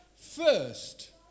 First